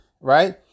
right